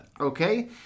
Okay